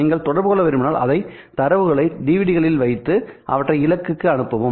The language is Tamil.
நீங்கள் தொடர்பு கொள்ள விரும்பினால்அனைத்து தரவுகளையும் டிவிடிகளில் வைத்து அவற்றை இலக்குக்கு அனுப்பவும்